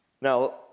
Now